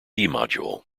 module